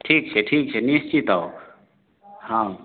ठीक छै ठीक छै निश्चित आउ हँ